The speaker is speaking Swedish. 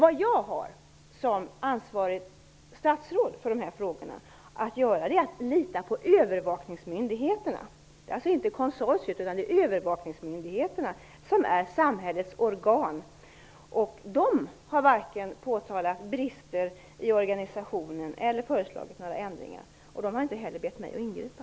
Vad jag har att göra, som ansvarigt statsråd i dessa frågor, är att lita på övervakningsmyndigheterna. Det är alltså inte konsortiet utan övervakningsmyndigheterna som är samhällets organ, och de har varken påtalat brister i organisationen eller föreslagit några ändringar. De har inte heller bett mig att ingripa.